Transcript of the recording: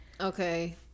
Okay